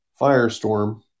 Firestorm